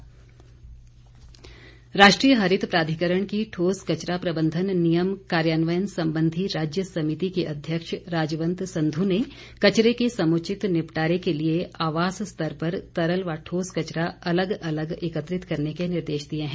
बैठक राष्ट्रीय हरित प्राधिकरण की ठोस कचरा प्रबंधन नियम कार्यान्वयन संबंधी राज्य समिति की अध्यक्ष राजवंत संधु ने कचरे के समुचित निपटारे के लिए आवास स्तर पर तरल व ठोस कचरा अलग अलग एकत्रित करने के निर्देश दिए हैं